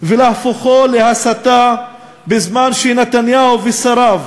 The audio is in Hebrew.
ולהופכו להסתה, בזמן שנתניהו ושריו